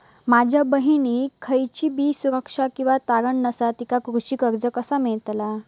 माझ्या बहिणीक खयचीबी सुरक्षा किंवा तारण नसा तिका कृषी कर्ज कसा मेळतल?